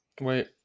Wait